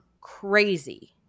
crazy